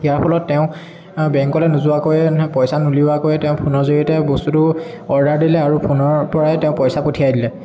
ইয়াৰ ফলত তেওঁ বেংকলৈ নোযোৱাকৈয়ে পইচা নুলিওৱাকৈয়ে তেওঁ ফোনৰ জৰিয়তে বস্তুটো অৰ্ডাৰ দিলে আৰু ফোনৰ পৰাই তেওঁ পইচা পঠিয়াই দিলে